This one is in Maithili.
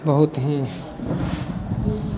बहुत ही